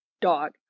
dog